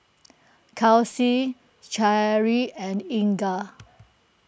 Kelsi Cherrie and Inger